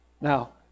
Now